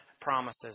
promises